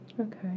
Okay